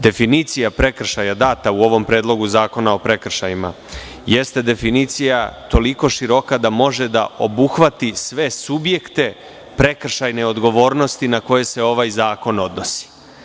Definicija prekršaja data u ovom Predlogu zakona o prekršajima jeste definicija toliko široka da može da obuhvati sve subjekte prekršajne odgovornosti na koje se ovaj zakon odnosi.